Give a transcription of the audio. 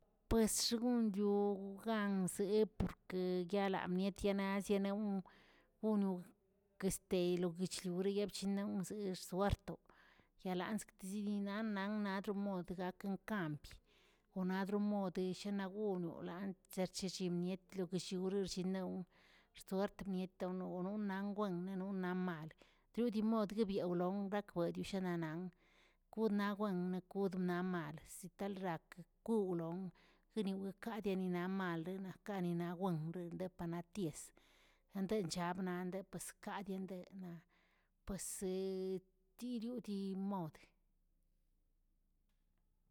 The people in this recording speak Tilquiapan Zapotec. Pues xegunyoo ganzeꞌe porke yalamiet yanaoə gonog este noguechlayri noguech yabchinlarnbzeꞌ zoartoꞌ yalatzki zinilaꞌa nan yadimodgaꞌa konkampi, onadremodeꞌ yinagololaꞌa cherchichimielt ishiwror chinawꞌ axt suert miotonoꞌ nonnanwe'ng naꞌ maleꞌe tudiamod dibiaglond rakwegshananan goodna wen goona mal zitalrakə kuꞌulon jiniwikadia nina mal nakani nak wen lde pana ties, ande chabna pues kadiende na' pues he tirio dimod.